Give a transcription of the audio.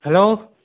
hello